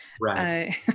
Right